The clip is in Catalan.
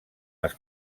les